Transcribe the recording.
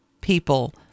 people